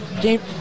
game